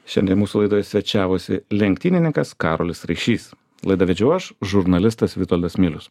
šiandien mūsų laidoj svečiavosi lenktynininkas karolis ryšys laidą vedžiau aš žurnalistas vitoldas milius